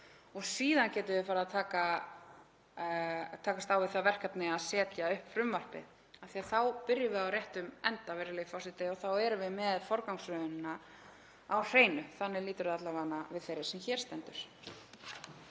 Síðan getum við farið að takast á við það verkefni að setja upp frumvarpið af því að þá byrjum við á réttum enda, virðulegi forseti, og þá erum við með forgangsröðunina á hreinu. Þannig lítur þetta alla vega út fyrir þeirri sem hér stendur.